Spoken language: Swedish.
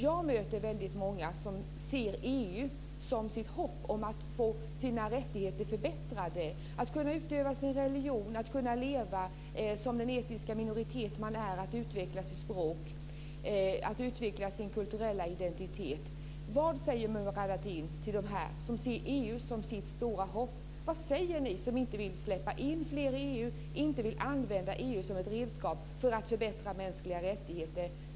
Jag möter väldigt många som ser EU som det som ger hopp om att de ska få sina rättigheter förbättrade. Det gäller att kunna utöva sin religion, att kunna leva i den etniska minoritet som man tillhör, att få utveckla sitt språk och att utveckla sin kulturella identitet. Vad säger Murad Artin till de här människorna, som ser EU som sitt stora hopp? Vad säger ni som inte vill släppa in fler i EU och inte vill använda EU som ett redskap för att förbättra mänskliga rättigheter?